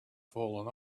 fallen